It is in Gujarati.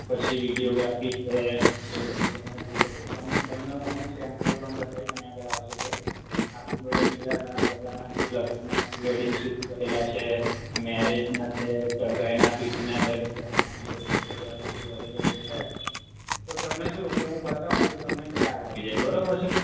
પછી વિડિયોગ્રાફી છે એ બધું તમારે જોવું પડશે તમને હું અમુક સેમ્પલ પણ બતાવીશ અહીં આગળ આવશો તો આપડી જોડે બીજા ઘણા બધાના જે લગ્નનાં પ્રી વેડિંગ શૂટ કરેલાં છે મેરેજનાં છે સગાઈનાં પીઠીનાં દરેક જાતના આપણી જોડે ફોટોગ્રાફ ને બધું અવેલેબલ છે તો તમે શું કે હું બતાવું ને તો તમને ખ્યાલ આવી જાય બરાબર છે